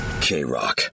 K-Rock